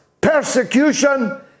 persecution